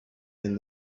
and